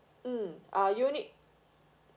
hmm ah unit